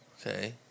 okay